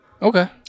okay